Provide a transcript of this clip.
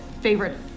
favorite